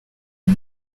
iyo